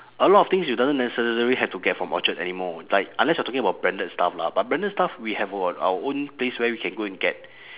a lot of things you don't necessary have to get from orchard anymore like unless you are talking about branded stuff lah but branded stuff we have [what] our own place where we can go and get